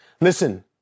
Listen